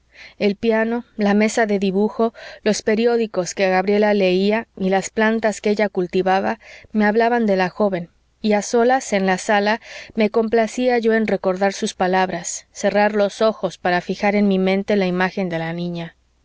el piano la mesa de dibujo los periódicos que gabriela leía y las plantas que ella cultivaba me hablaban de la joven y a solas en la sala me complacía yo en recordar sus palabras cerrar los ojos para fijar en mi mente la imagen de la niña